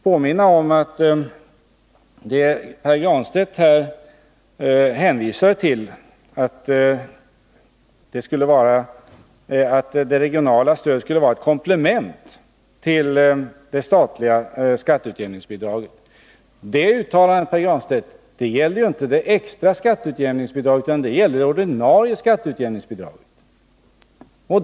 Pär Granstedt menade att det regionala stödet skulle vara ett komplement till det statliga skatteutjämningsbidraget. Men detta uttalande, Pär Granstedt, gällde ju inte det extra skatteutjämningsbidraget utan det ordinarie skatteutjämningsbidraget.